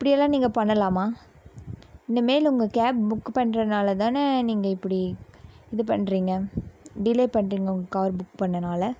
இப்படி எல்லாம் நீங்கள் பண்ணலாமா இனிமேல் உங்கள் கேப் புக்கு பண்ணுறதனால தானே நீங்கள் இப்படி இது பண்ணுறீங்க டிலே பண்ணுறீங்க உங்கள் கார் புக் பண்ணதனால